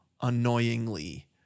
annoyingly